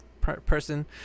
person